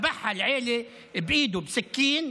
(אומר בערבית: טבח את המשפחה בידו בסכין,)